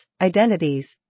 identities